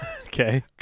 Okay